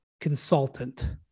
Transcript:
consultant